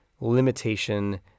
limitation